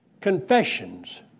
Confessions